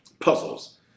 Puzzles